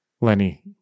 Lenny